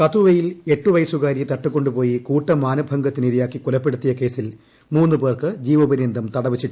കത്വവയിൽ എട്ട് വയസ്സുകാരിയെ തട്ടിക്കൊണ്ടുപോയി കൂട്ടമാനഭംഗത്തിനിരയാക്കി കൊലപ്പെടുത്തിയ കേസിൽ മൂന്ന് പേർക്ക് ജീവപര്യന്തം തടവ് ശിക്ഷ